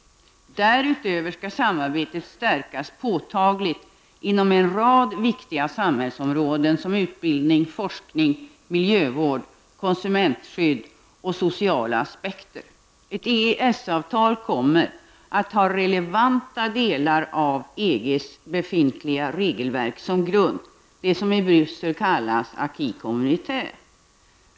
Därutöver skall samarbetet stärkas påtagligt inom en rad viktiga samhällsområden såsom utbildning, forskning, miljövård, konsumentskydd och sociala aspekter. Ett EES-avtal kommer att ha relevanta delar av EGs befintliga regelverk som grund -- det som i Bryssel kallas ''acquis communautaire''.